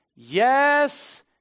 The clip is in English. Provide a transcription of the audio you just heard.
Yes